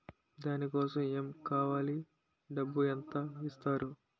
దాని కోసం ఎమ్ కావాలి డబ్బు ఎంత ఇస్తారు?